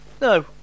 No